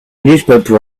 newspaper